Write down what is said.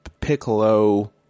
Piccolo